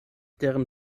deren